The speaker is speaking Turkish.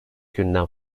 günden